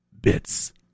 Bits